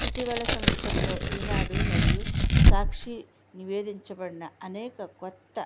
ఇటీవల సంవత్సరంలో ఈనాడు మరియు సాక్షి నివేదించబడిన అనేక కొత్త